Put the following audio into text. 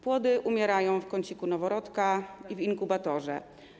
Płody umierają w kąciku noworodka i w inkubatorze.